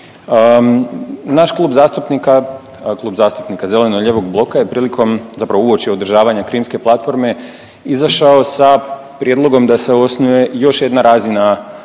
Naš klub zastupnika, Klub zastupnika Zeleno-lijevog bloka je prilikom, zapravo uoči održavanja Krimske platforme izašao sa prijedlogom da se osnuje još jedna razina